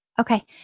okay